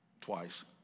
twice